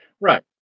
Right